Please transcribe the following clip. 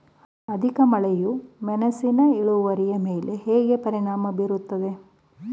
ಅಧಿಕ ಮಳೆಯು ಮೆಣಸಿನ ಇಳುವರಿಯ ಮೇಲೆ ಹೇಗೆ ಪರಿಣಾಮ ಬೀರುತ್ತದೆ?